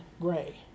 Gray